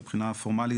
מבחינה פורמלית,